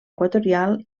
equatorial